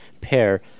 pair